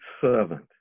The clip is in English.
servant